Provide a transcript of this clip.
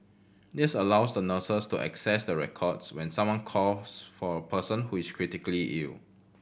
this allows the nurses to access the records when someone calls for a person who is critically ill